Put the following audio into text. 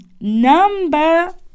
Number